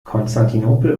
konstantinopel